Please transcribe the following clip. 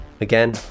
again